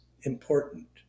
important